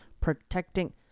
protecting